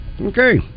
Okay